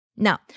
Now